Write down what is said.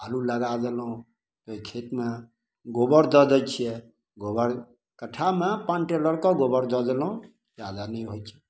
आलू लगा देलहुँ ओहि खेतमे गोबर दऽ दै छिए गोबर कट्ठामे पाँच ट्रेलरके गोबर दऽ देलहुँ जादा नहि होइ छै